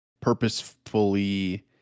purposefully